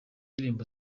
indirimbo